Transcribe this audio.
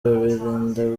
bibarinda